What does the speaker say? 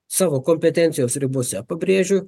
savo kompetencijos ribose pabrėžiu